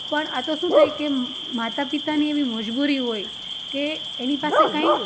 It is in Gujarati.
પણ આ તો શું થાય કે માતા પિતાની એવી મજબૂરી હોય કે એની પાસે કાંઈ